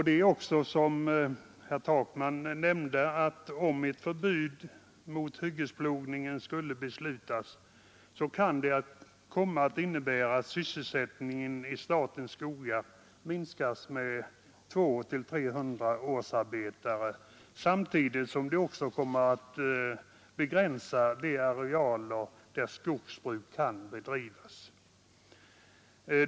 Det är, som herr Takman nämnde också så, att om ett förbud mot hyggesplogning skulle beslutas, kan det komma att innebära att sysselsättningen i statens skogar minskas med 200-300 årsarbetare, samtidigt som förbudet kommer att begränsa de arealer där skogsbruk kan bedrivas.